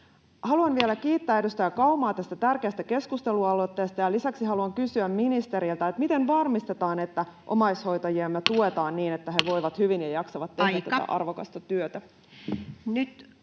Haluan vielä kiittää edustaja Kaumaa tästä tärkeästä keskustelualoitteesta, ja lisäksi haluan kysyä ministeriltä: miten varmistetaan, että omaishoitajiamme tuetaan niin, että he voivat hyvin ja jaksavat tehdä tätä arvokasta työtä?